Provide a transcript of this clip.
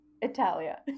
Italia